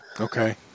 Okay